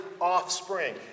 offspring